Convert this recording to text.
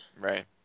Right